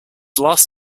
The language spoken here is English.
last